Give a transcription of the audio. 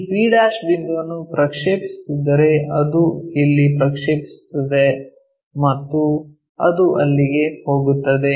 ಈ p ಬಿಂದುವನ್ನು ಪ್ರಕ್ಷೇಪಿಸುತ್ತಿದ್ದರೆ ಅದು ಅಲ್ಲಿ ಪ್ರಕ್ಷೇಪಿಸುತ್ತದೆ ಮತ್ತು ಅದು ಅಲ್ಲಿಗೆ ಹೋಗುತ್ತದೆ